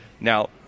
Now